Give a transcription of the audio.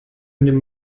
nimm